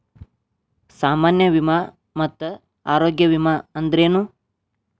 ಸಾಮಾನ್ಯ ವಿಮಾ ಮತ್ತ ಆರೋಗ್ಯ ವಿಮಾ ಅಂದ್ರೇನು?